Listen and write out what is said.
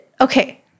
okay